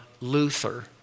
Luther